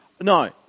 No